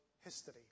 history